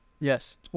yes